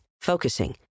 focusing